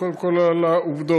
אבל קודם כול על העובדות.